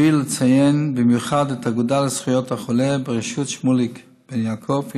וראוי לציין במיוחד את האגודה לזכויות החולה בראשות שמוליק בן יעקב,